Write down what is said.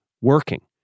working